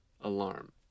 Alarm